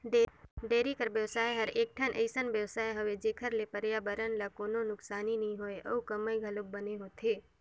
dairy कर बेवसाय हर एकठन अइसन बेवसाय हवे जेखर ले परयाबरन ल कोनों नुकसानी नइ होय अउ कमई घलोक बने होथे